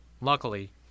Luckily